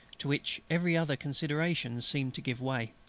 to which every other consideration seemed to give way.